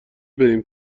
بریم